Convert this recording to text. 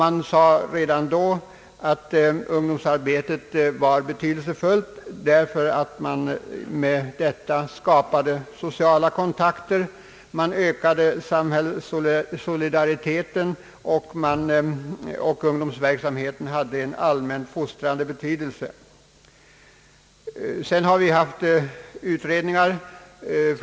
Man sade redan då att ungdomsarbetet var betydelsefullt därför att man med detta skapade sociala kontakter. Man ökade sambhällssolidariteten, och ungdomsverksamheten hade en allmänt fostrande betydelse. Sedan har vi haft flera utredningar.